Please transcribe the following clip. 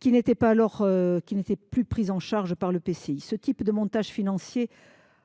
qui n’étaient plus prises en charge par l’EPCI. Ce type de montage financier